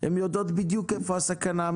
הן יודעות בדיוק איפה הסכנה,